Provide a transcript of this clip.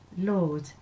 Lord